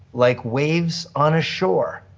like waves on a shore.